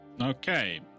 Okay